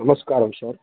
నమస్కారం సార్